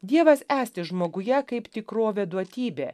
dievas esti žmoguje kaip tikrovė duotybė